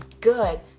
good